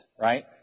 right